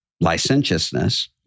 licentiousness